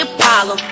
Apollo